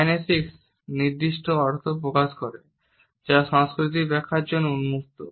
kinesics নির্দিষ্ট অর্থ প্রকাশ করে যা সাংস্কৃতিক ব্যাখ্যার জন্য উন্মুক্ত